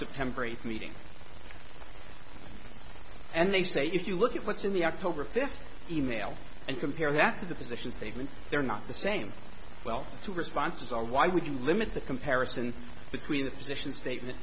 september eighth meeting and they say if you look at what's in the october fifth e mail and compare that to the positions they've been they're not the same well two responses are why would you limit the comparison between the position statement